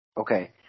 Okay